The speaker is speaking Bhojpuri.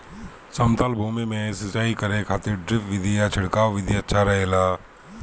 समतल भूमि में सिंचाई करे खातिर ड्रिप विधि या छिड़काव विधि अच्छा रहेला?